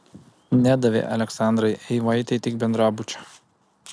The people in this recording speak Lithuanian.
nedavė aleksandrai eivaitei tik bendrabučio